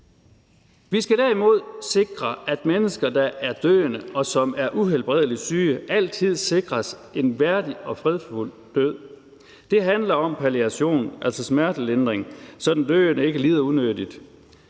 Vi skal derimod sikre, at mennesker, der er døende, og som er uhelbredeligt syge, altid sikres en værdig og fredfyldt død. Det handler om palliation, altså smertelindring, så den døende ikke lider unødigt.